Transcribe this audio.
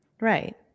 Right